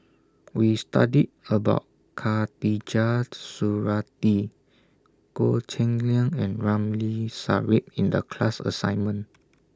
We studied about Khatijah Surattee Goh Cheng Liang and Ramli Sarip in The class assignment